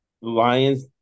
Lions